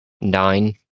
nine